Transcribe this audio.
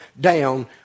down